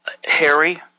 Harry